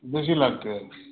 बेसी लागतै